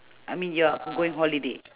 I mean you are going holiday